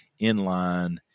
inline